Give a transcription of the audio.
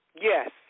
Yes